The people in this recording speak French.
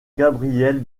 gabriel